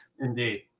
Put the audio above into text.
Indeed